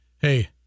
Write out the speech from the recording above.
hey